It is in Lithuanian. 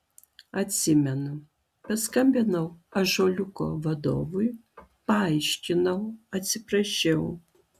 atsimenu paskambinau ąžuoliuko vadovui paaiškinau atsiprašiau